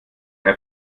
app